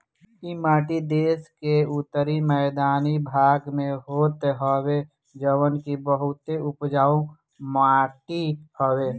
इ माटी देस के उत्तरी मैदानी भाग में होत हवे जवन की बहुते उपजाऊ माटी हवे